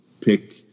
pick